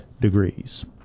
degrees